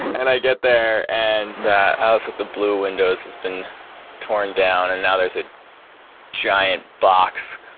and i get there, and, that house the blue windows has been torn down, and now, there's a giant box,